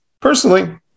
personally